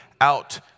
out